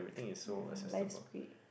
ya life's great